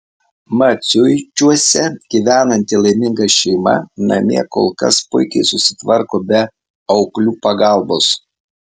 maciuičiuose gyvenanti laiminga šeima namie kol kas puikiai susitvarko be auklių pagalbos